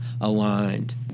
aligned